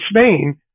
Spain